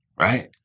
right